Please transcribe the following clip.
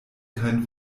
kein